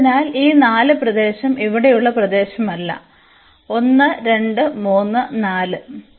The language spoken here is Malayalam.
അതിനാൽ ഈ 4 പ്രദേശം ഇവിടെയുള്ള പ്രദേശമല്ല അതിനാൽ 1 2 3 4